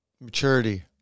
Maturity